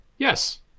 Yes